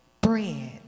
bread